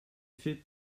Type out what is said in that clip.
fait